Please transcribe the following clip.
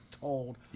told